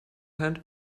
hand